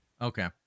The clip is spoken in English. Okay